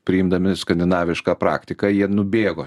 priimdami skandinavišką praktiką jie nubėgo